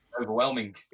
overwhelming